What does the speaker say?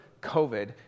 COVID